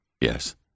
Yes